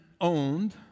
owned